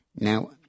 now